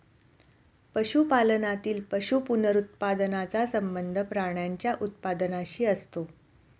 पशुपालनातील पशु पुनरुत्पादनाचा संबंध प्राण्यांच्या उत्पादनाशी असतो